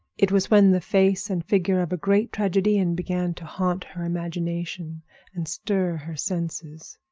it was when the face and figure of a great tragedian began to haunt her imagination and stir her senses.